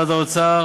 משרד האוצר,